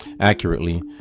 accurately